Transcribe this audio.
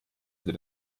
für